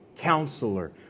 Counselor